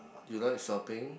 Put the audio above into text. do you like shopping